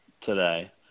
today